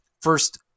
first